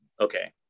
Okay